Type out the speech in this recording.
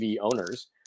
owners